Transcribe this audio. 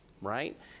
right